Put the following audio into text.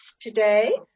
today